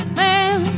man